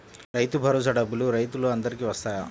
రైతు భరోసా డబ్బులు రైతులు అందరికి వస్తాయా?